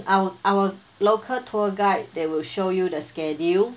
our our local tour guide they will show you the schedule